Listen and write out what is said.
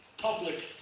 public